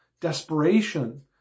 desperation